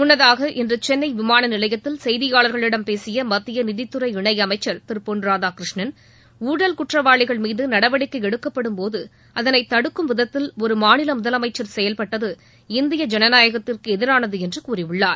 முன்னதாக இன்று சென்னை விமான நிலையத்தில் செய்தியாளர்களிடம் பேசிய மத்திய நிதித்துறை இணை அமைச்ச் திரு பொன் ராதாகிருஷ்ணன் ஊழல் குற்றவாளிகள் மீது நடவடிக்கை எடுக்கப்படும்போது அதனை தடுக்கும் விதத்தில் ஒரு மாநில முதலமைச்ச் செயல்பட்டது இந்திய ஜனநாயகத்திற்கு எதிரானது என்று கூறியுள்ளார்